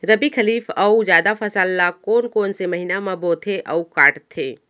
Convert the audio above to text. रबि, खरीफ अऊ जादा फसल ल कोन कोन से महीना म बोथे अऊ काटते?